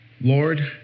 Lord